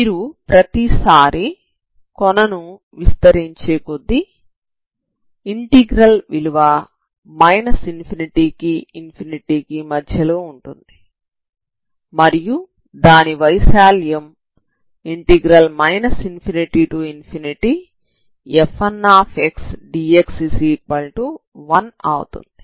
మీరు ప్రతి సారి కొనను విస్తరించే కొద్దీ ఇంటిగ్రల్ విలువ ∞ కి ∞ కి మధ్యలో ఉంటుంది మరియు దాని వైశాల్యం ∞fndx1 అవుతుంది